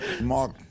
Mark